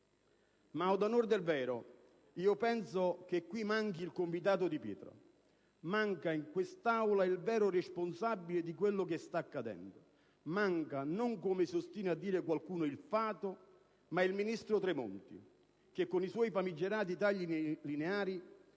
Ma ad onor del vero, penso che qui manchi il «convitato di pietra». Manca in quest'Aula il vero responsabile di quello che sta accadendo. Manca, non come si ostina a dire qualcuno, il fato, ma il ministro Tremonti, che con i suoi famigerati tagli lineari